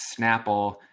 Snapple